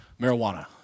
marijuana